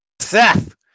Seth